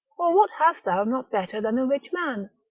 or what hast thou not better than a rich man?